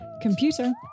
Computer